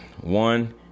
One